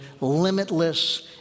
limitless